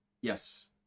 yes